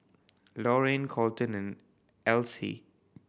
Lorayne Kolten and Elsie